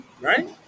Right